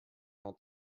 not